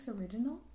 original